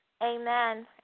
Amen